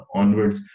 onwards